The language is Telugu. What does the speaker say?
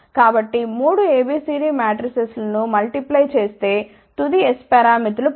కాబట్టి మూడు ABCD మాట్రిసెస్ ను ముల్టీప్లై చేస్తే తుది S పారామితులను పొందుతాము